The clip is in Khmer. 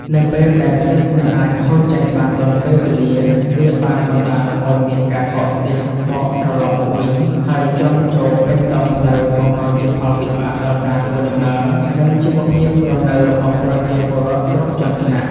នៅពេលដែលទឹកមិនអាចហូរចេញបានទាន់ពេលវេលា វាបានបណ្តាលឱ្យមានការកកស្ទះបកត្រឡប់មកវិញ ហើយជន់ជោរពេញដងផ្លូវ បង្កជាផលវិបាកដល់ការធ្វើដំណើរ និងជីវភាពរស់នៅរបស់ពលរដ្ឋគ្រប់ជាន់ថ្នាក់។